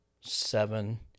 seven